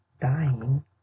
dying